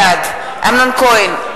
בעד אמנון כהן,